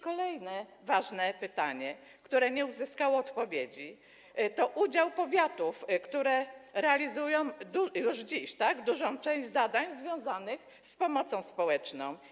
Kolejne ważne pytanie, które nie uzyskało odpowiedzi, to pytanie o udział powiatów, które realizują już dziś dużą część zadań związanych z pomocą społeczną.